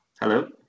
Hello